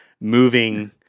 moving